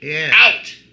out